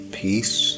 peace